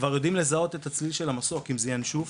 יודעים לזהות את הצליל של המסוק אם זה ינשוף,